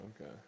Okay